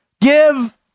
give